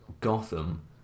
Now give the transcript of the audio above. Gotham